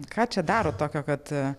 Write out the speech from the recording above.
ką čia daro tokio kad